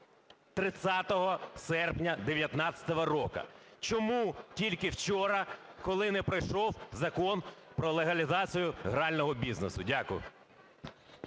30 серпня 2019 року? Чому тільки вчора, коли не пройшов Закон про легалізацію грального бізнесу? Дякую.